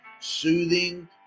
soothing